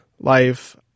life